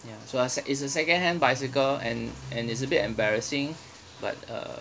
ya so uh s~ it's a secondhand bicycle and and is a bit embarrassing but uh